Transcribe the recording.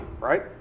right